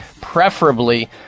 preferably